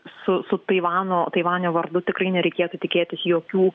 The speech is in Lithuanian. su su taivano taivanio vardu tikrai nereikėtų tikėtis jokių